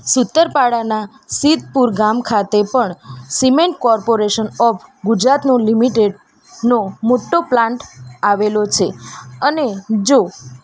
સુત્રાપાડાના સીતપુર ગામ ખાતે પણ સીમેન્ટ કૉર્પોરેશન ઑફ ગુજરાતનો લિમિટેડનો મોટો પ્લાન્ટ આવેલો છે અને જો